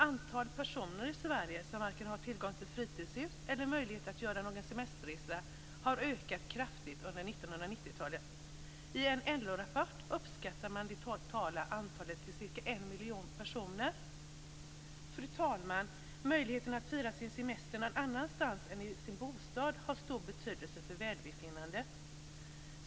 Antalet personer i Sverige som varken har tillgång till fritidshus eller möjlighet att göra någon semesterresa har ökat kraftigt under 1990-talet. I en LO-rapport uppskattar man det totala antalet till cirka en miljon personer. Fru talman! Möjligheten att fira sin semester någon annanstans än i sin bostad har stor betydelse för välbefinnandet.